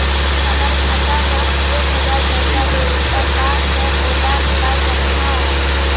हमर खाता मा एक हजार पैसा हे ता का मैं ओला निकाल सकथव?